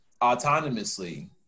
autonomously